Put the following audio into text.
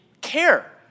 care